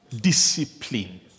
discipline